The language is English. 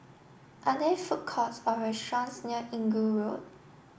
are there food courts or restaurants near Inggu Road